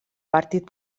partit